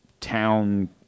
town